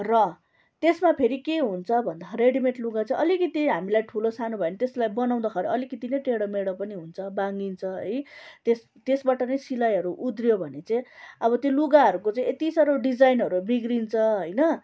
र त्यसमा फेरि के हुन्छ भन्दाखेरि रेडिमेड लुगा चाहिँ अलिकति हामीलाई ठुलो सानो भयो भने त्यसलाई बनाउँदाखेरि अलिकति नै टेडो मेडो पनि हुन्छ बाङ्गिन्छ है त्यस त्यसबाट नै सिलाइहरू उद्रियो भने चाहिँ अब त्यो लुगाहरूको चाहिँ यति साह्रो डिजाइनहरू बिगरिन्छ होइन